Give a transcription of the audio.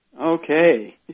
Okay